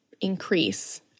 increase